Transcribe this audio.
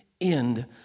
end